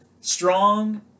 strong